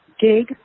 gig